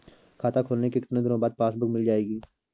खाता खोलने के कितनी दिनो बाद पासबुक मिल जाएगी?